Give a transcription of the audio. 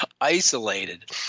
isolated